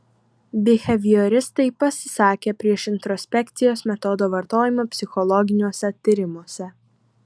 bihevioristai pasisakė prieš introspekcijos metodo vartojimą psichologiniuose tyrimuose